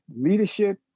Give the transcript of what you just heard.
leadership